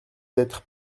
d’être